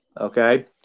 Okay